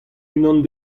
unan